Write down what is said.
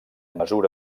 mesura